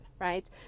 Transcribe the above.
right